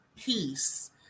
peace